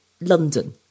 London